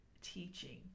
teaching